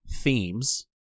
themes